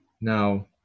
Now